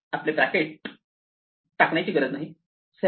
आपले ब्रॅकेट टाकण्याची गरज नाही सेल्फ